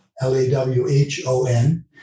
L-A-W-H-O-N